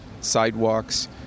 sidewalks